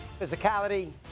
physicality